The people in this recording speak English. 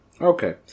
Okay